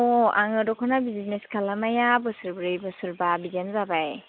आङो दख'ना बिजिनेस खालामनाया बोसोरब्रै बोसोरबा बिदियानो जाबाय